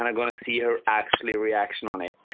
and i got to see her actually reaction on it